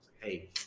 hey